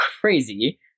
crazy